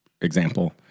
example